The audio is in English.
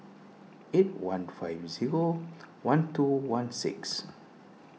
eight one five zero one two one six